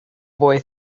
boy